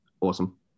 awesome